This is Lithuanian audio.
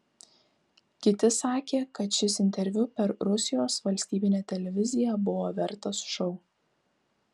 kiti sakė kad šis interviu per rusijos valstybinę televiziją buvo vertas šou